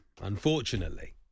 Unfortunately